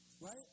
Right